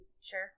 Sure